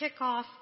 kickoff